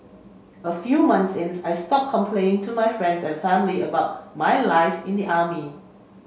a few months in I stop complaining to my friends and family about my life in the army